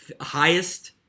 highest